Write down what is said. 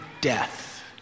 death